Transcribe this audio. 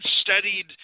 studied